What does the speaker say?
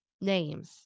names